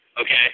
okay